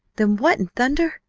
then what in thunder?